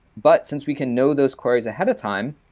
but since we can know those queries ahead of time,